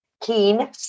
Keen